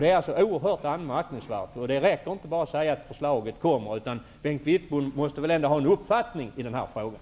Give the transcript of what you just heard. Det är oerhört anmärkningsvärt. Det räcker inte med att säga att förslaget skall komma. Bengt Wittbom har väl ändå en uppfattning i frågan?